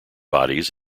bodies